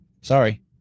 Sorry